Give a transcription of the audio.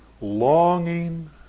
longing